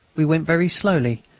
we went very slowly,